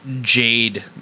jade